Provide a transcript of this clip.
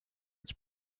its